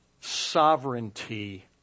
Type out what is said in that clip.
sovereignty